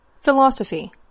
Philosophy